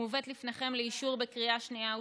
מובאת לפניכם לאישור בקריאה שנייה ושלישית.